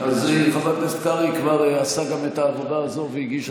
אז אם חבר הכנסת קרעי עשה גם את העבודה הזאת והגיש את הצעתו,